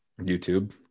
YouTube